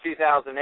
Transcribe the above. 2008